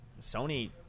Sony